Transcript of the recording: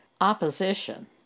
opposition